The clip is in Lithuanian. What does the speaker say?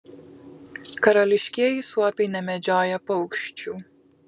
karališkieji suopiai nemedžioja paukščių